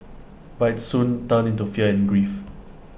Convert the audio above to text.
but IT soon turned into fear and grief